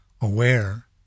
aware